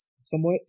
somewhat